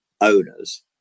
owners